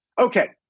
Okay